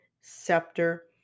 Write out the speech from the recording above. scepter